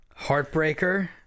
heartbreaker